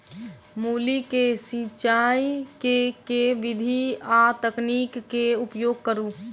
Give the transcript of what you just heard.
मूली केँ सिचाई केँ के विधि आ तकनीक केँ उपयोग करू?